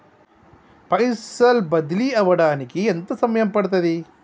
పైసలు బదిలీ అవడానికి ఎంత సమయం పడుతది?